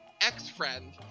ex-friend